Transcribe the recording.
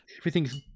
Everything's